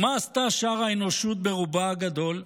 ומה עשתה שאר האנושות, ברובה הגדול?